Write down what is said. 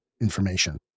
information